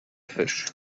fish